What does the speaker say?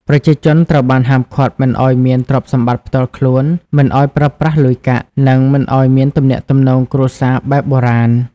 ប្រជាជនត្រូវបានហាមឃាត់មិនឲ្យមានទ្រព្យសម្បត្តិផ្ទាល់ខ្លួន មិនឲ្យប្រើប្រាស់លុយកាក់ និងមិនឲ្យមានទំនាក់ទំនងគ្រួសារបែបបុរាណ។